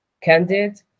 candid